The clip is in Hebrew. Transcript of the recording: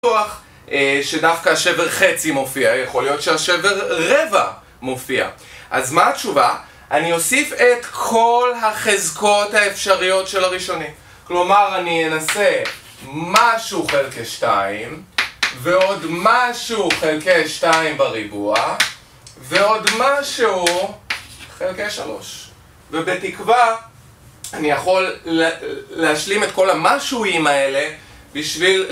שדווקא השבר חצי מופיע, יכול להיות שהשבר רבע מופיע אז מה התשובה? אני אוסיף את כל החזקות האפשריות של הראשוני כלומר אני אנסה משהו חלקי שתיים ועוד משהו חלקי שתיים בריבוע ועוד משהו חלקי שלוש ובתקווה אני יכול להשלים את כל המשוהים האלה בשביל